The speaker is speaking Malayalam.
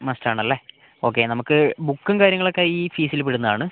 മസ്റ്റ് ആണല്ലേ ഓക്കേ നമുക്ക് ബുക്കും കാര്യങ്ങളൊക്കേ ഈ ഫീസിൽ പെടുന്നതാണ്